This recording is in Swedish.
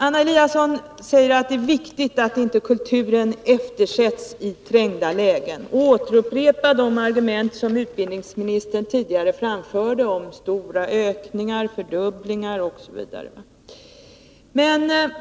Anna Eliasson säger att det är viktigt att kulturen inte eftersätts i trängda lägen och upprepar vad utbildningsministern tidigare framförde om stora ökningar, fördubblingar, osv.